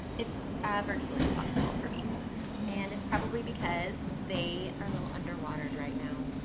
it's virtually impossible for me and it's probably because they are a little under-watered right now.